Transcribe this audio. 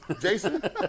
Jason